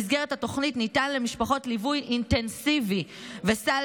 במסגרת התוכנית ניתן למשפחות ליווי אינטנסיבי וסל